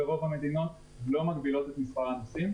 רוב המדינות לא מגבילות את מספר הנוסעים.